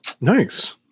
Nice